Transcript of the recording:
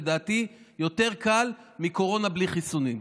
לדעתי יותר קל מקורונה בלי חיסונים.